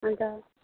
अन्त